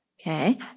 Okay